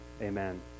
Amen